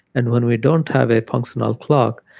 and when we don't have a functional clock,